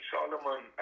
Solomon